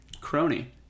crony